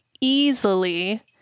easily